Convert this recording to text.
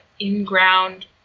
in-ground